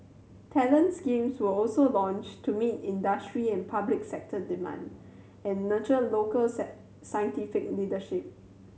talent schemes were also launched to meet industry and public sector demand and nurture local scientific leadership